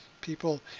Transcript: people